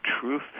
truth